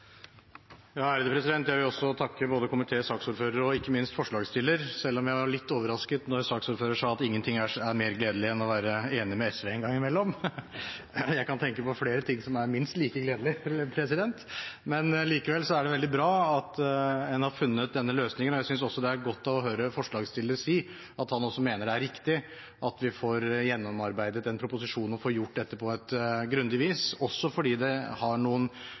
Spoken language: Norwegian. Jeg vil også takke både komiteen, saksordføreren og ikke minst forslagsstillerne, selv om jeg ble litt overrasket da saksordføreren sa at ingenting er mer gledelig enn å være enig med SV en gang imellom. Jeg kan tenke på flere ting som er minst like gledelig, men likevel er det veldig bra at en har funnet denne løsningen. Jeg synes også det er godt å høre en av forslagsstillerne si at også han mener det er riktig at vi får gjennomarbeidet en proposisjon og får gjort dette på et grundig vis, også fordi det har noen